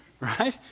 Right